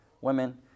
women